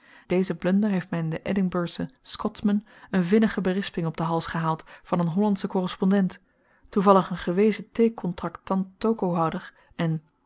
deze blunder heeft my in den edinburgschen scotsman n vinnige berisping op den hals gehaald van n hollandschen korrespondent toevallig n gewezen theekontraktanttokohouder en